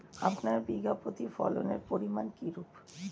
আপনার বিঘা প্রতি ফলনের পরিমান কীরূপ?